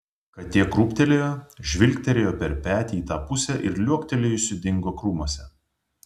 katė krūptelėjo žvilgterėjo per petį į tą pusę ir liuoktelėjusi dingo krūmuose